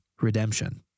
redemption